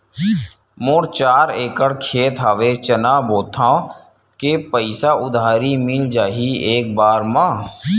मोर चार एकड़ खेत हवे चना बोथव के पईसा उधारी मिल जाही एक बार मा?